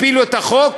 הפילו את החוק,